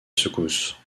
secousse